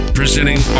presenting